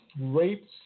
rapes